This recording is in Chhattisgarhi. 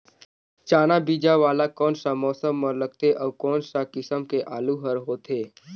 चाना बीजा वाला कोन सा मौसम म लगथे अउ कोन सा किसम के आलू हर होथे?